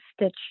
stitch